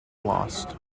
lost